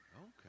Okay